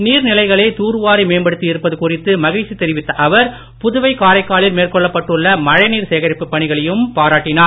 நீர் நிலைகளை தூர்வாரி மேம்படுத்தி இருப்பது குறித்து மகிழ்ச்சி தெரிவித்த அவர் புதுவை காரைக்காலில் மேற்கொள்ளப்பட்டுள்ள மழை நீர் சேகரிப்பு பணிகளையும் பாராட்டினார்